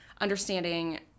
understanding